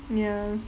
ya